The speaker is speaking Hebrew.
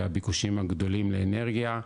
והביקושים הגדולים לאנרגיה,